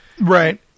right